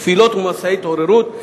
תפילות ומסעי התעוררות,